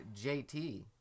JT